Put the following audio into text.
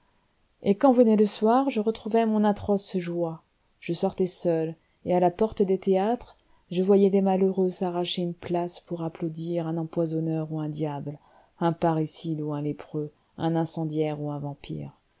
et quand venait le soir je retrouvais mon atroce joie je sortais seul et à la porte des théâtres je voyais des malheureux s'arracher une place pour applaudir un empoisonneur ou un diable un parricide ou un lépreux un incendiaire ou un vampire